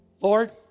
Lord